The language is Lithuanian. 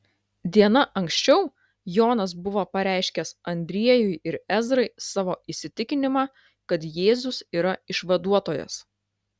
diena anksčiau jonas buvo pareiškęs andriejui ir ezrai savo įsitikinimą kad jėzus yra išvaduotojas